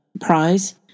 prize